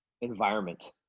environment